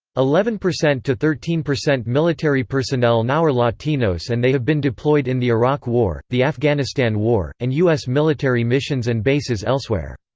eleven percent to thirteen percent military personnel now are latinos and they have been deployed in the iraq war, the afghanistan war, and u s. military missions and bases elsewhere.